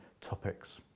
topics